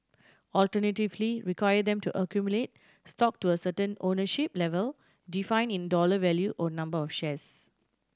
alternatively require them to accumulate stock to a certain ownership level defined in dollar value or number of shares